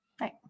Right